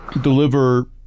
deliver